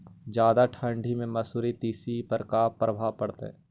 जादा ठंडा से मसुरी, तिसी पर का परभाव पड़तै?